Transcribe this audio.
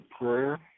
prayer